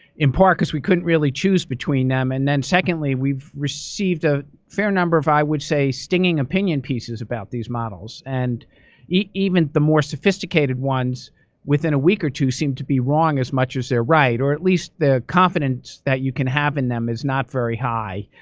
in part because we couldn't really choose between them. and then secondly, we've received a fair number of, i would say, stinging opinion pieces about these models. and even the more sophisticated ones within a week or two seem to be wrong as much as they're right. or at least the confidence that you can have in them is not very high.